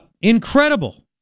incredible